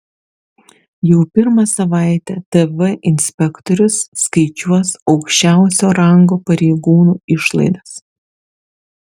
jau pirmą savaitę tv inspektorius skaičiuos aukščiausio rango pareigūnų išlaidas